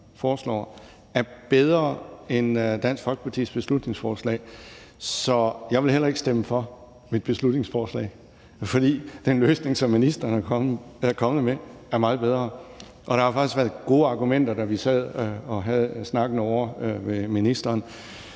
er bedre end Dansk Folkepartis beslutningsforslag, så jeg vil heller ikke stemme for mit beslutningsforslag, fordi den løsning, som ministeren er kommet med, er meget bedre. Og der har jo faktisk været gode argumenter, da vi sad derovre og havde snakken med ministeren.